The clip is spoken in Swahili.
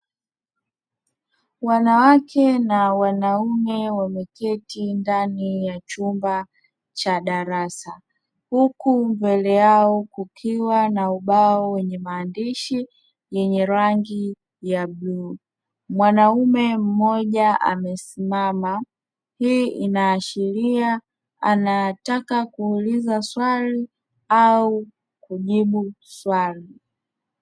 Wanawake na wanaume wameketi ndani ya chumba cha darasa, huku mbele yao kukiwa na ubao wenye maandishi yenye rangi ya bluu, mwanaume mmoja amesimama, hii inaashiria anataka kuuliza swali au kujibu swali.